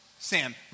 Sam